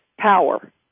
power